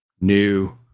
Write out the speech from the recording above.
new